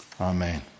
Amen